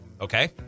Okay